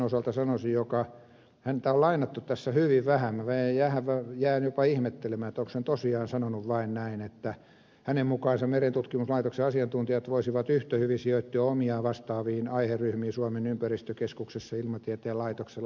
professori jussi huttusen jota on lainattu tässä hyvin vähän osalta sanoisin vähän jään jopa ihmettelemään onko hän tosiaan sanonut vain näin että hänen mukaansa merentutkimuslaitoksen asiantuntijat voisivat yhtä hyvin sijoittua omiaan vastaaviin aiheryhmiin suomen ympäristökeskuksessa ja ilmatieteen laitoksella